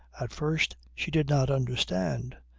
at first she did not understand.